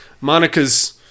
Monica's